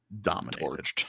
dominated